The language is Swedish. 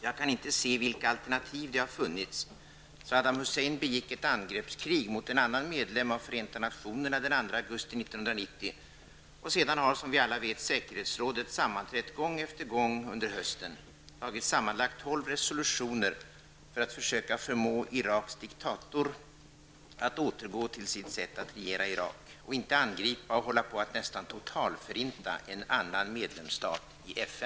- Jag kan inte se vilka alternativ det har funnits. Saddam Hussein begick ett angreppskrig mot en annan medlem av Förenta Nationerna den andra augusti 1990 och sedan har, som vi alla vet, säkerhetsrådet sammanträtt gång efter gång efter gång under hösten, tagit sammanlagt tolv resolutioner för att försöka förmå Iraks diktator att återgå till sitt sätt att regera Irak. Och inte angripa och hålla på att nästan totalförinta en annan medlemsstat i FN.''